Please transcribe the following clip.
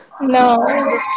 No